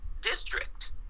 district